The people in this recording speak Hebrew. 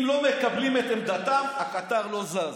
אם לא מקבלים את עמדתם הקטר לא זז.